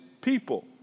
people